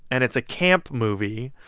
and it's a camp movie,